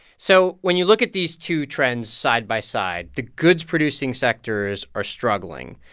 so when you look at these two trends side by side, the goods-producing sectors are struggling.